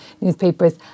newspapers